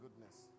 goodness